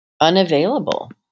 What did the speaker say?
unavailable